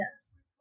Yes